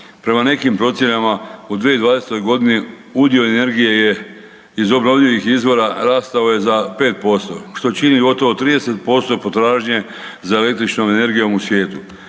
Prema nekim procjenama u 2020.g. udio energije je iz obnovljivih izvora rastao je za 5% što čini gotovo 30% potražnje za električnom energijom u svijetu.